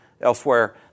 Elsewhere